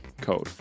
code